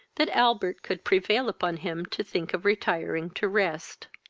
that albert could prevail upon him to think of retiring to rest.